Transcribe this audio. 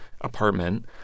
apartment